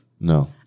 No